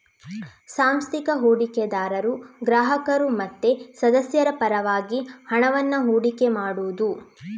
ಸಾಂಸ್ಥಿಕ ಹೂಡಿಕೆದಾರರು ಗ್ರಾಹಕರು ಮತ್ತೆ ಸದಸ್ಯರ ಪರವಾಗಿ ಹಣವನ್ನ ಹೂಡಿಕೆ ಮಾಡುದು